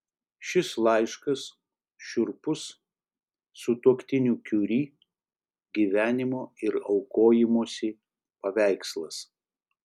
šis laiškas šiurpus sutuoktinių kiuri gyvenimo ir aukojimosi paveikslas